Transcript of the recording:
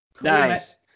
Nice